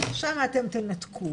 שמה אתם תנתקו